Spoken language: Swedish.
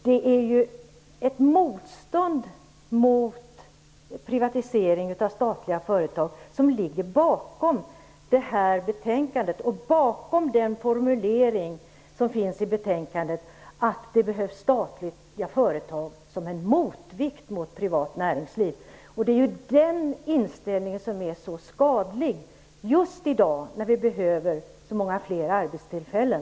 Det är ett motstånd mot privatisering av statliga företag som ligger bakom detta betänkande och bakom den formulering som finns i betänkandet att det behövs statliga företag som en motvikt mot privat näringsliv. Det är den inställningen som är så skadlig just i dag när vi behöver så många fler arbetstillfällen.